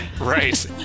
Right